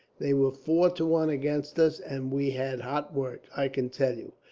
they were four to one against us, and we had hot work, i can tell you.